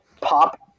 pop